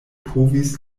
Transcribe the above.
povis